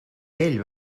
ell